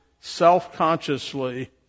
self-consciously